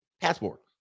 passport